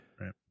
Right